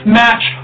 match